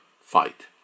fight